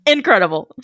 Incredible